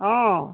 অঁ